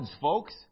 folks